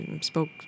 spoke